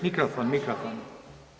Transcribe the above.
Mikrofon, mikrofon.